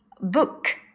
book